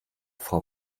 frau